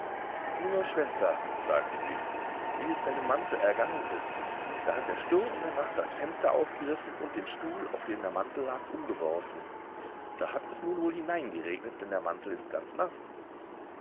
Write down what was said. sieh nur schwester sagte sie wie es deinem mantel ergangen ist da hat der sturm in der nacht das fenster aufgerissen und den stuhl auf dem der mantel lag umgeworfen da hat es nun wohl hineingeregnet denn der mantel ist ganz naß